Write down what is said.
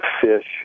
fish